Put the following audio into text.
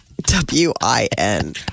W-I-N